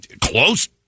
close